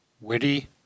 witty